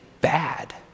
bad